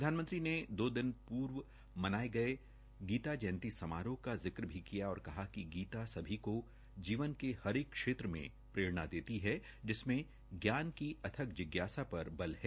प्रधानमंत्री ने दो दिन प्र्व मनाये गये गीता जयंती समारोह का जिक्र भी किया और कहा कि गीता सभी को जीवन के हर एक क्षेत्र में प्ररेणा देती है जिसमें ज्ञान की अथक जिज्ञासा र बल है